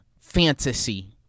fantasy